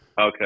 Okay